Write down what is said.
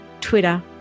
Twitter